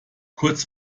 kurz